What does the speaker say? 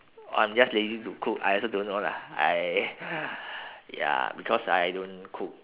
I'm just lazy to cook I also don't know lah I ya because I don't cook